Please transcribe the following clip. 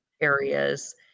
areas